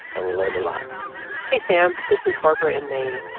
and we learned a lot hey, sam. this is barbara in maine.